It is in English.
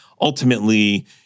ultimately